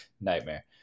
Nightmare